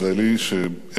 שאין שני לו,